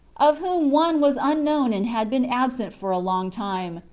of whom one was. unknown and had been absent for a long time,